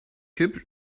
hübsch